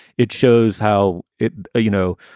it shows how it you know,